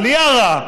העלייה רע.